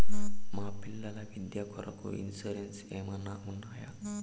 మా పిల్లల విద్య కొరకు ఇన్సూరెన్సు ఏమన్నా ఉన్నాయా?